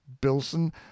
Bilson